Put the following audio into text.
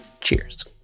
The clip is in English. Cheers